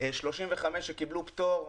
35 שקיבלו פטור,